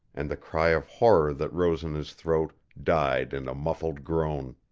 and the cry of horror that rose in his throat died in a muffled groan.